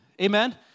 Amen